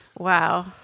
Wow